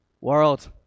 world